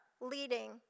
leading